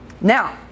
now